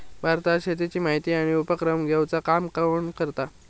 भारतात शेतीची माहिती आणि उपक्रम घेवचा काम कोण करता?